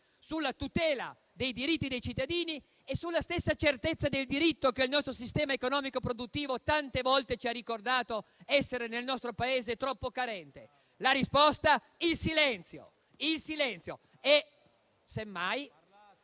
sulla tutela dei diritti dei cittadini e sulla stessa certezza del diritto che il nostro sistema economico e produttivo tante volte ci ha ricordato essere nel nostro Paese troppo carente. La risposta? Il silenzio e, semmai,